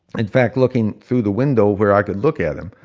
in fact, looking through the window where i could look at him.